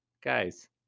Guys